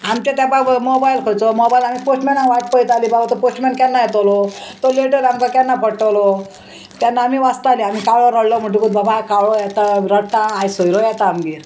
आमचे तेंपार मोबायल खंयचो मोबायल आमी पोस्टमॅनांग वाट पयताली बाबा तो पोस्टमॅन केन्ना येतलो तो लेटर आमकां केन्ना पडटलो तेन्ना आमी वाचताली आमी काळो रडलो म्हणटकूत बाबा कावळो येता रडटा आयज सोयरो येता आमगेर